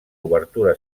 obertura